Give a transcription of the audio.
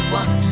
one